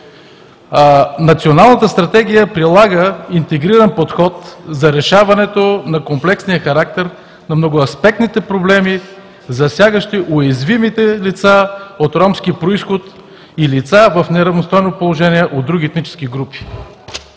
„Националната стратегия прилага интегриран подход за решаването на комплексния характер на многоаспектните проблеми, засягащи уязвимите лица от ромски произход и лица в неравностойно положение от други етнически групи“.